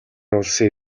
улсын